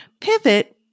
pivot